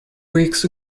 weeks